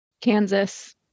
kansas